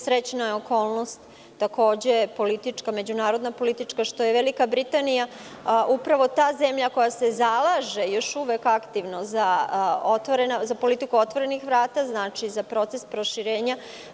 Srećna je okolnost, takođe, politička, međunarodna politička, što je Velika Britanija upravo ta zemlja koja se još uvek aktivno zalaže za politiku otvorenih vrata, znači, za proces proširenja.